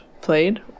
played